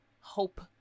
hope